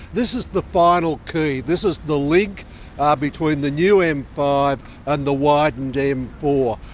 this is the final key, this is the link ah between the new m five and the widened m four.